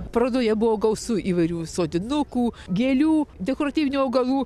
parodoje buvo gausu įvairių sodinukų gėlių dekoratyvinių augalų